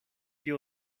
και